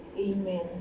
Amen